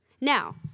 Now